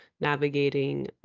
navigating